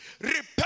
Repent